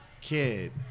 kid